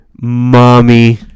Mommy